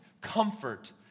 comfort